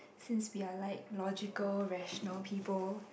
since we are like logical rational people